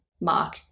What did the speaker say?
mark